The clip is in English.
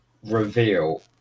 reveal